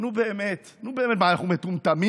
נו, באמת, מה, אנחנו מטומטמים?